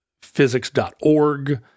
physics.org